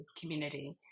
community